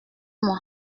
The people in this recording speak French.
moi